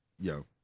Yo